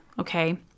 Okay